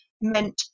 meant